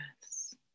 breaths